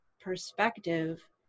perspective